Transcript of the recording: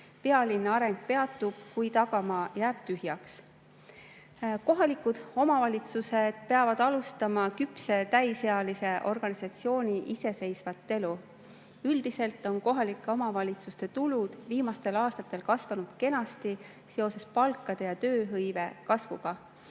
Pealinna areng peatub, kui tagamaa jääb tühjaks. Kohalikud omavalitsused peavad alustama küpse täisealise organisatsiooni iseseisvat elu. Üldiselt on kohalike omavalitsuste tulud viimastel aastatel kasvanud kenasti seoses palkade ja tööhõive kasvuga.